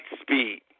speed